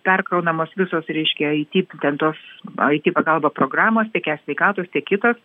perkraunamas visos reiškia it ten tos it pagalba programos tiek e sveikatos tiek kitos